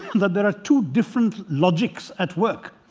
that there are two different logics at work.